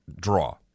draw